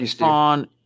on